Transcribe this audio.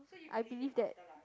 I believe that